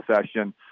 session